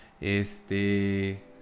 Este